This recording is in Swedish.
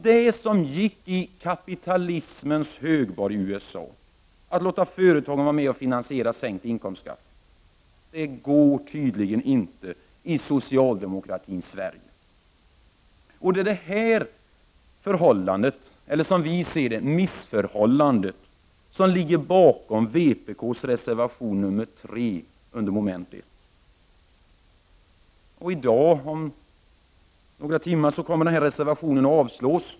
Det som gick i kapitalismens högborg USA, att låta företagen vara med och finansiera sänkt inkomstskatt, går tydligen inte i socialdemokratins Sverige. Det är detta förhållande, eller, som vi ser det, missförhållande som ligger bakom vpk:s reservation nr 3 under mom. 1. I dag om några timmar kommer denna reservation att avslås.